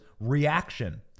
reaction